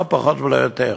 לא פחות ולא יותר.